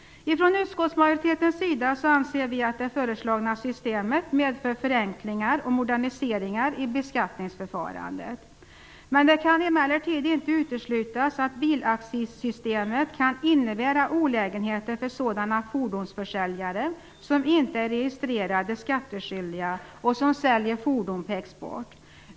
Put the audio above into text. Utskottsmajoriteten anser att det föreslagna systemet medför förenklingar och moderniseringar i beskattningsförfarandet. Det kan emellertid inte uteslutas att bilaccissystemet kan innebära olägenheter för sådana fordonsförsäljare som inte är registrerade som skattskyldiga och som säljer fordon på export.